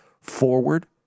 forward